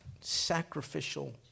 sacrificial